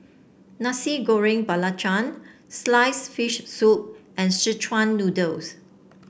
Nasi Goreng Belacan sliced fish soup and Szechuan Noodles